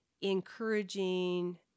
encouraging